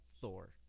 Thor